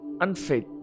unfaith